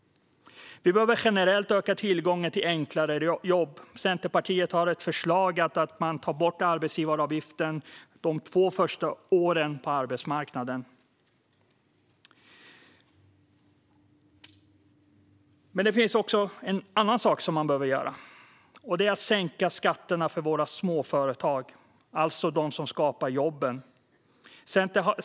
Vi behöver generellt öka tillgången till enklare jobb. Centerpartiet har ett förslag som går ut på att man tar bort arbetsgivaravgiften de två första åren på arbetsmarknaden. Men det finns också en annan sak som man behöver göra: sänka skatterna för våra småföretag, som skapar jobben.